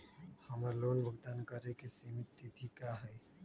हमर लोन भुगतान करे के सिमित तिथि का हई?